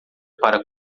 para